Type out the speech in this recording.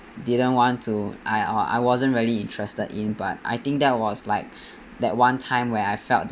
didn't want to I wa~ I wasn't really interested in but I think that was like that one time when I felt that